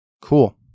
cool